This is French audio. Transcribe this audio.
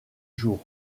jour